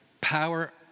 power